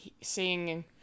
seeing